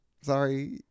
Sorry